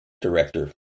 director